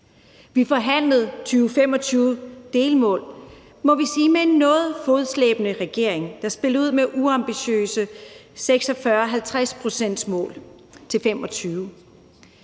Vi forhandlede 2025-delmål med en – må vi sige – noget fodslæbende regering, der spillede ud med uambitiøse 46-50-procentsmål for 2025.